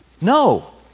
no